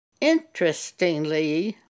Interestingly